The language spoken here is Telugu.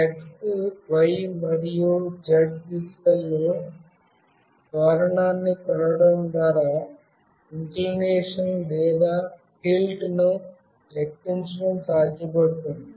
x y మరియు z దిశలో త్వరణాన్ని కొలవడం ద్వారా ఇంక్లినషన్ లేదా టిల్ట్ ను లెక్కించడం సాధ్యపడుతుంది